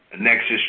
Nexus